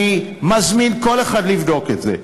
אני מזמין כל אחד לבדוק את זה.